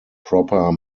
proper